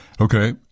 Okay